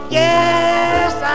yes